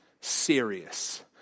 serious